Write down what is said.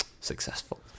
successful